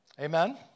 Amen